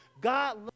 God